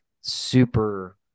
super